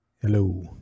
Hello